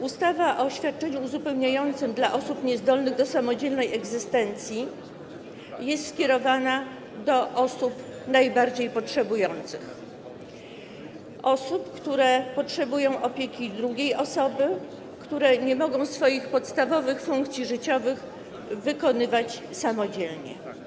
Ustawa o świadczeniu uzupełniającym dla osób niezdolnych do samodzielnej egzystencji jest skierowana do osób najbardziej potrzebujących, które potrzebują opieki drugiej osoby, które nie mogą swoich podstawowych funkcji życiowych wykonywać samodzielnie.